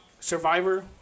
Survivor